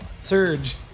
Surge